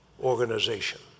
organization